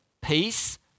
peace